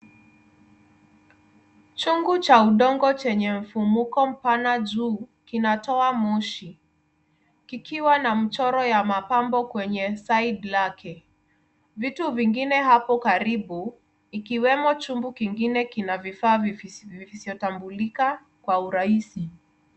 Chungu cha udongo chenye mfumko mpana juu kinatoa moshi kikiwa na mchoro ya mapambo kwenye side lake vitu vingine hapo karibu ikiwemo chungu kingine kina vifaa visivyotambulika kwa urahisi.